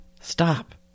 stop